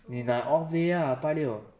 你拿 off day ah 拜六